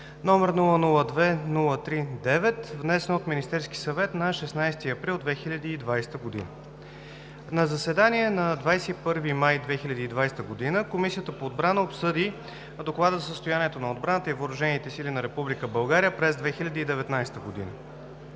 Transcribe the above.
г., № 002-03-9, внесен от Министерския съвет на 16 април 2020 г. На заседание на 21 май 2020 г. Комисията по отбрана обсъди Доклада за състоянието на отбраната и въоръжените сили на Република